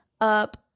up